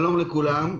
שלום לכולם.